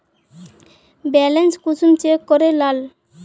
Balance कुंसम check करे लाल?